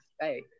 Hey